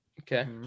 Okay